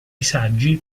saggi